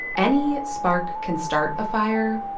any spark can start a fire,